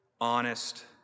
honest